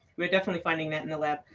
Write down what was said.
we're definitely finding that in the lab.